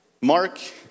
Mark